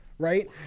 Right